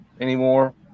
anymore